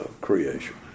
creation